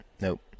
Nope